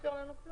של נציבות